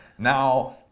Now